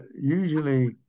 usually